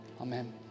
Amen